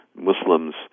Muslims